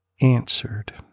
Answered